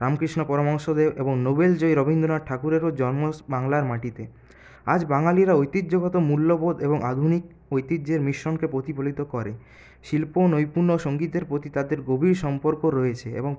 রামকৃষ্ণ পরমহংসদেব এবং নোবেলজয়ী রবীন্দ্রনাথ ঠাকুরেরও জন্ম বাংলার মাটিতে আজ বাঙালিরা ঐতিহ্যগত মূল্যবোধ এবং আধুনিক ঐতিহ্যের মিশ্রণকে প্রতিফলিত করে শিল্প নৈপুণ্য সংগীতের প্রতি তাদের গভীর সম্পর্ক রয়েছে এবং